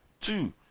Two